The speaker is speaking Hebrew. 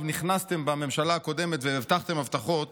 נכנסתם בממשלה הקודמת והבטחתם הבטחות: